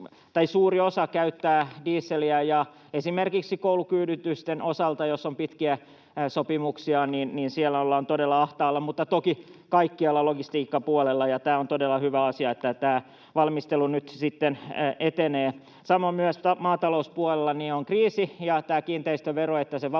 käyttää dieseliä, ja esimerkiksi koulukyyditysten osalta jos on pitkiä sopimuksia, niin siellä ollaan todella ahtaalla, mutta toki kaikkialla logistiikkapuolella. Tämä on todella hyvä asia, että tämä valmistelu nyt sitten etenee. Samoin myös maatalouspuolella on kriisi, ja se, että kiinteistöverosta vapautetaan